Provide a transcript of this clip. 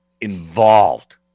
involved